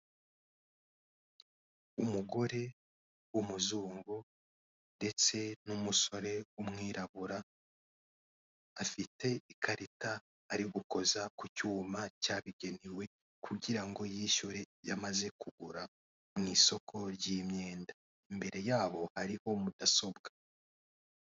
Umugore w'umuzungu ndetse n'umusore w'umwirabura afite ikarita ari gukoza ku cyuma cyabigenewe kugira ngo yishyure yamaze kugura mu isoko ry'imyenda, imbere yabo hariho mudasobwa.